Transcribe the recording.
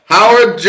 Howard